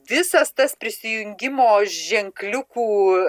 visas tas prisijungimo ženkliukų